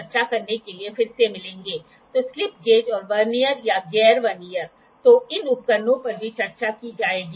autocollimator उत्सर्जित beam और परावर्तित बीम के बीच विचलन को मापता है